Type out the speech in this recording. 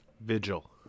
Vigil